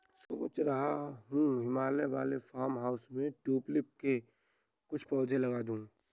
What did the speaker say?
सोच रहा हूं हिमाचल वाले फार्म हाउस पे ट्यूलिप के कुछ पौधे लगा दूं